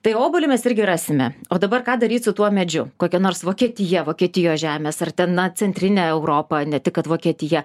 tai obuolį mes irgi rasime o dabar ką daryt su tuo medžiu kokia nors vokietija vokietijos žemės ar ten na centrinė europa ne tik kad vokietija